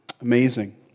amazing